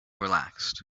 relaxed